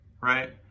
right